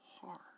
hard